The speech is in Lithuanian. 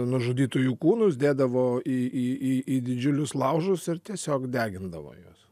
nužudytųjų kūnus dėdavo į į į į didžiulius laužus ir tiesiog degindavo juos